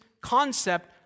concept